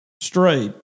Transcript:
straight